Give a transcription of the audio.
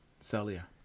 Celia